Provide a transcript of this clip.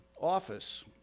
office